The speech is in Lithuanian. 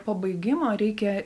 po baigimo reikia